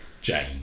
Jane